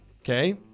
Okay